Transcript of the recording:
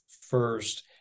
first